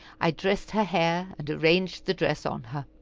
i dressed her hair, and arranged the dress on her.